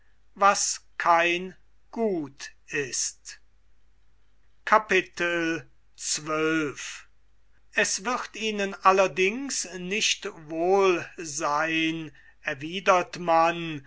was kein gut ist xii es wird ihnen allerdings nicht wohl sein erwidert man